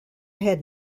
had